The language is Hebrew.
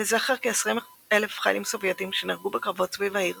לזכר כ-20 אלף חיילים סובייטים שנהרגו בקרבות סביב העיר